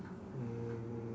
um